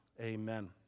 Amen